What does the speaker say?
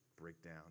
Breakdown